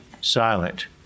silent